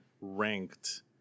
ranked